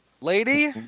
Lady